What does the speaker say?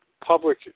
public